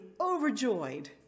overjoyed